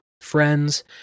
friends